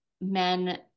men